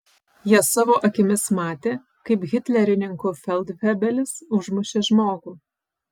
jie savo akimis matė kaip hitlerininkų feldfebelis užmušė žmogų